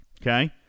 okay